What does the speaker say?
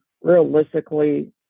realistically